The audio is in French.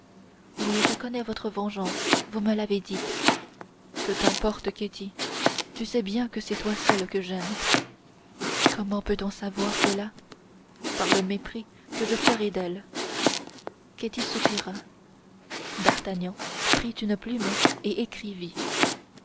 oui je connais votre vengeance vous me l'avez dite que t'importe ketty tu sais bien que c'est toi seule que j'aime comment peut-on savoir cela par le mépris que je ferai d'elle ketty soupira d'artagnan prit une plume et écrivit